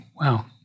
Wow